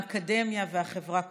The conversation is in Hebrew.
האקדמיה והחברה כולה.